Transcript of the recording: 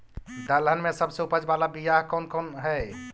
दलहन में सबसे उपज बाला बियाह कौन कौन हइ?